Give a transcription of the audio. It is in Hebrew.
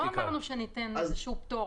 לא אמרנו שניתן איזה שהוא פטור,